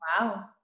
Wow